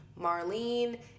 Marlene